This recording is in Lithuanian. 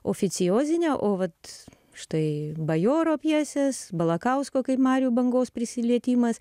oficiozinio o vat štai bajoro pjesės balakausko kaip marių bangos prisilietimas